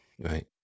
Right